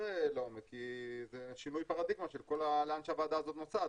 לעומק כי זה שינוי פרדיגמה של לאן שהוועדה הזו נוסעת.